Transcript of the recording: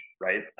right